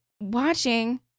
watching